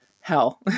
hell